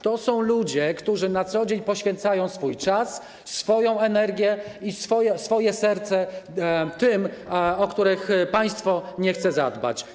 To są ludzie, którzy na co dzień poświęcają swój czas, swoją energię i swoje serce tym, o których państwo nie chce zadbać.